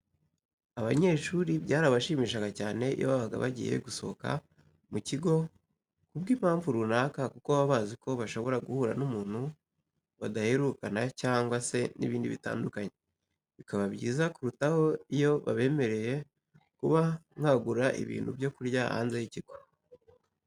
Abanyeshuri byarabashimishaga cyane iyo babaga bagiye gusohoka mu kigo ku bw'impamvu runaka kuko baba bazi ko bashobora guhura n'umuntu badaheruka cyangwa se n'ibindi bitandukanye. Bikaba byiza kurutaho iyo babemereye kuba mwagura ibintu byo kurya hanze y'ikigo.